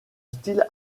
style